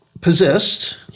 possessed